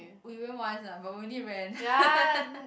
we went once ah but we only ran